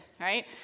right